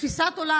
תפיסת עולם.